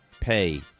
pay